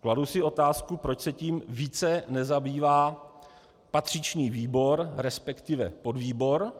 kladu si otázku, proč se tím více nezabývá patřičný výbor, resp. podvýbor,